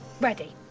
Ready